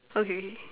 okay